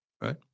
right